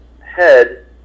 head